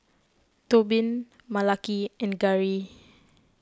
Tobin Malaki and Garey